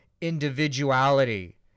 individuality